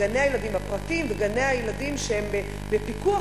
גני-הילדים הפרטיים וגני-הילדים שהם בפיקוח